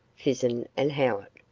fison and howitt,